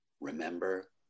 Remember